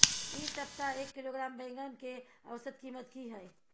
इ सप्ताह एक किलोग्राम बैंगन के औसत कीमत की हय?